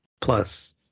Plus